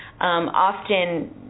Often